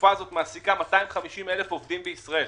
התעופה הזאת מעסיקה 250,000 עובדים בישראל.